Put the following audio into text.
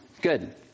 Good